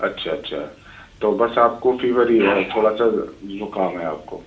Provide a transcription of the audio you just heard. اچھا اچھا تو بس آپ کو فیور ہی ہے تھوڑا سا زکام ہے آپ کو